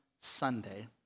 Sunday